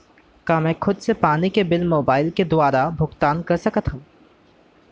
का मैं खुद से पानी के बिल मोबाईल के दुवारा भुगतान कर सकथव?